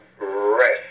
rest